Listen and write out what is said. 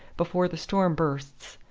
before the storm bursts.